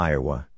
Iowa